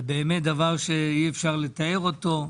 זה באמת דבר שאי אפשר לתאר אותו.